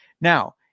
Now